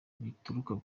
bituruka